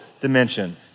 dimension